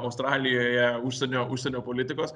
australijoje užsienio užsienio politikos